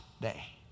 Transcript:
day